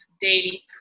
daily